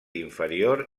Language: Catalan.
inferior